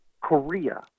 Korea